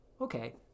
okay